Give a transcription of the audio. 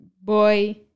boy